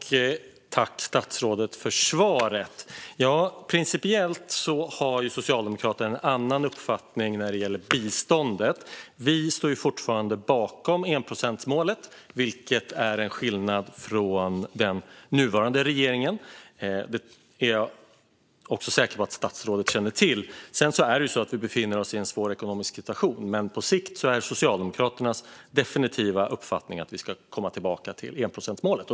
Herr ålderspresident! Tack, statsrådet, för svaret! Ja, principiellt har Socialdemokraterna en annan uppfattning när det gäller biståndet. Vi står fortfarande bakom enprocentsmålet, vilket är en skillnad jämfört med den nuvarande regeringen. Det är jag säker på att statsrådet känner till. Sedan är det ju så att vi befinner oss i en svår ekonomisk situation, men på sikt är Socialdemokraternas definitiva uppfattning att vi ska komma tillbaka till enprocentsmålet.